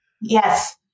Yes